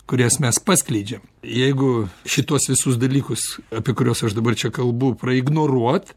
kurias mes paskleidžiam jeigu šituos visus dalykus apie kuriuos aš dabar čia kalbu praignotuot